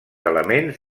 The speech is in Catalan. elements